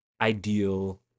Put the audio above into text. ideal